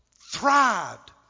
thrived